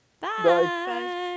bye